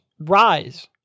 rise